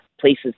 places